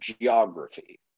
geography